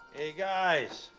hey guys!